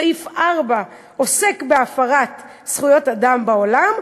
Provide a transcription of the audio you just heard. סעיף 4 עוסק בהפרת זכויות אדם בעולם,